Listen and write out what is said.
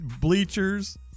bleachers